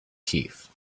chief